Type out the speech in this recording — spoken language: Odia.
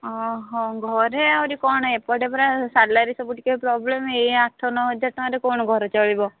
ଘରେ ଆହୁରି କଣ ଏପଟେ ପରା ସାଲାରି ସବୁ ଟିକେ ପ୍ରୋବ୍ଲେମ୍ ଏଇ ଆଠ ନଅ ହଜାର ଟଙ୍କାରେ କ'ଣ ଘର ଚଳିବ